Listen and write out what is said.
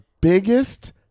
biggest